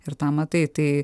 ir tą matai tai